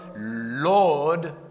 lord